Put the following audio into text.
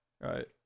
right